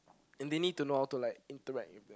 and they need to know how to like interact with them